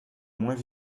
moins